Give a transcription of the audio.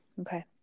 Okay